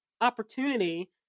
opportunity